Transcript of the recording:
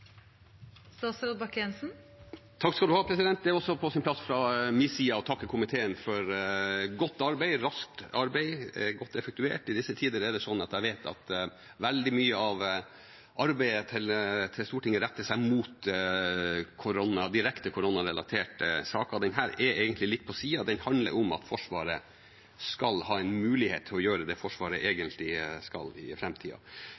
på sin plass også fra min side å takke komiteen for godt og raskt arbeid, godt effektuert. Jeg vet at i disse tider er det sånn at veldig mye av arbeidet til Stortinget retter seg mot direkte koronarelaterte saker. Denne er egentlig litt på siden; den handler om at Forsvaret skal ha en mulighet til å gjøre det Forsvaret